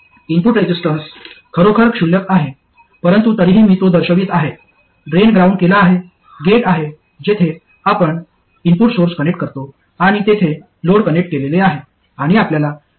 input resistance खरोखर क्षुल्लक आहे परंतु तरीही मी तो दर्शवित आहे ड्रेन ग्राउंड केला आहे गेट आहे जेथे आपण इनपुट सोर्स कनेक्ट करतो आणि तेथे लोड कनेक्ट केलेले आहे